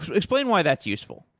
um explain why that's useful.